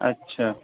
اچھا